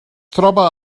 troba